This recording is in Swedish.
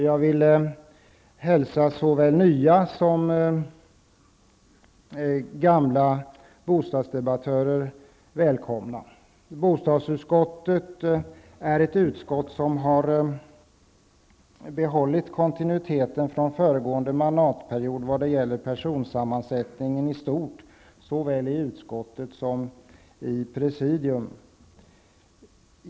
Jag hälsar därför såväl nya som gamla bostadsdebattörer välkomna. Bostadsutskottet är ett utskott som har behållit kontinuiteten från föregående mandatperiod vad gäller personsammansättningen i stort. Det gäller såväl utskott som presidium.